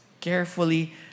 carefully